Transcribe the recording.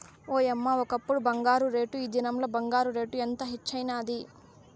ఓయమ్మ, ఒకప్పుడు బంగారు రేటు, ఈ దినంల బంగారు రేటు ఎంత హెచ్చైనాది